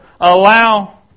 allow